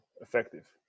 effective